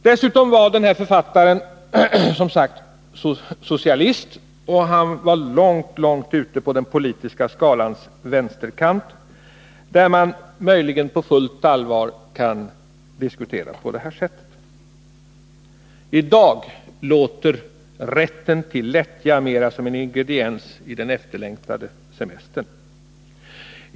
Dessutom var författaren som sagt socialist långt, långt ute på den politiska skalans vänsterkant, där man möjligen på fullt allvar kan diskutera på det här sättet. I dag låter Rätten till lättja mera som en ingrediens i den efterlängtade semestern.